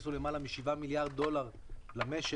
שהכניסו למעלה מ-7 מיליארד דולר למשק.